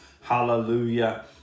Hallelujah